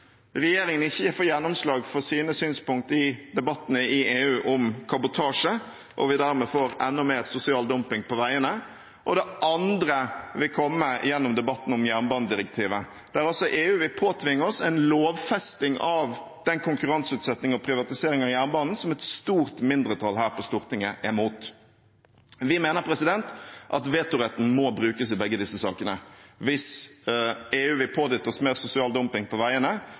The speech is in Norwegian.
regjeringen ikke får gjennomslag for sine synspunkter i debattene i EU om kabotasje, og vi dermed får enda mer sosial dumping på veiene. Og det andre vil komme gjennom debatten om jernbanedirektivet, der EU vil påtvinge oss en lovfesting av den konkurranseutsettingen og privatiseringen av jernbanen som et stort mindretall her på Stortinget er mot. Vi mener at vetoretten må brukes i begge disse sakene hvis EU vil pådytte oss mer sosial dumping på veiene,